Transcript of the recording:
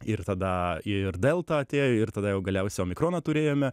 ir tada ir delta atėjo ir tada jau galiausiai omikroną turėjome